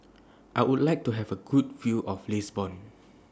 I Would like to Have A Good View of Lisbon